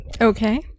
Okay